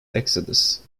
exodus